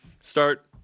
start